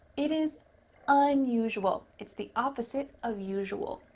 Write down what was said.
it is unusual. it's the opposite of usual.